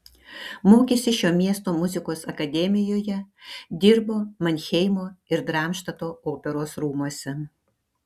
mokėsi šio miesto muzikos akademijoje dirbo manheimo ir darmštato operos rūmuose